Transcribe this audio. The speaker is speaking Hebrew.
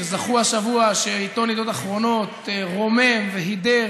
שזכו השבוע שעיתון ידיעות אחרונות רומם והידר